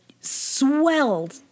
swelled